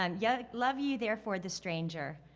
um yeah love you therefore the stranger,